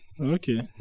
Okay